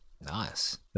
Nice